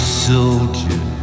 soldier